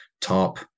top